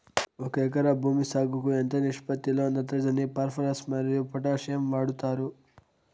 ఒక ఎకరా భూమి సాగుకు ఎంత నిష్పత్తి లో నత్రజని ఫాస్పరస్ మరియు పొటాషియం వాడుతారు